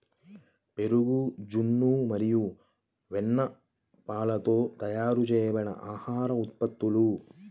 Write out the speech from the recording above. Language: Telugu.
పెరుగు, జున్ను మరియు వెన్నపాలతో తయారు చేయబడిన ఆహార ఉత్పత్తులు